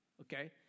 okay